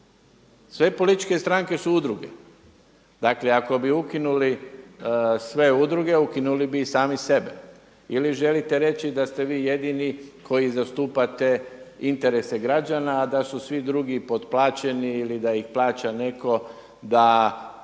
Sve političke stranke su udruge. Dakle, ako bi ukinuli sve udruge ukinuli bi i sami sebe ili želite reći da ste vi jedini koji zastupate interese građana, a da su svi drugi potplaćeni ili da ih plaća netko da